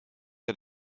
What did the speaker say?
der